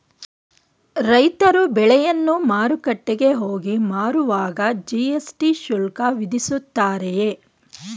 ರೈತರು ಬೆಳೆಯನ್ನು ಮಾರುಕಟ್ಟೆಗೆ ಹೋಗಿ ಮಾರುವಾಗ ಜಿ.ಎಸ್.ಟಿ ಶುಲ್ಕ ವಿಧಿಸುತ್ತಾರೆಯೇ?